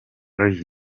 lee